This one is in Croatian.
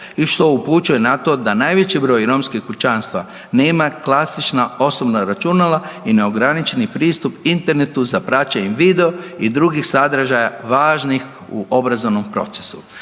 i što upućuje na to da najveći broj romskih kućanstva nema klasična osobna računala i neograničeni pristup internetu za praćenje videa i drugih sadržaja važnih u obrazovnom procesu.